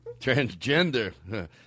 Transgender